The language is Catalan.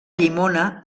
llimona